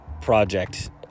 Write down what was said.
project